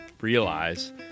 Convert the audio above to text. realize